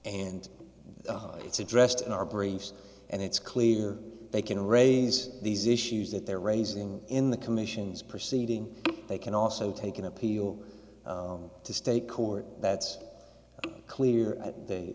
and it's addressed in our brains and it's clear they can raise these issues that they're raising in the commission's proceeding they can also take an appeal to state court that's clear